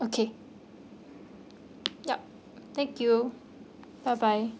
okay yup thank you bye bye